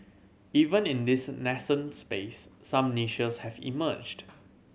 even in this nascent space some niches have emerged